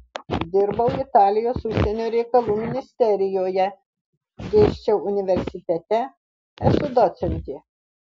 dirbau italijos užsienio reikalų ministerijoje dėsčiau universitete esu docentė